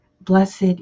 blessed